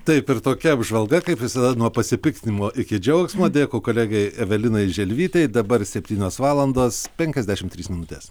taip ir tokia apžvalga kaip visada nuo pasipiktinimo iki džiaugsmo dėkui kolegei evelinai želvytei dabar septynios valandos penkiasdešim trys minutės